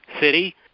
City